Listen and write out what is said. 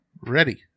Ready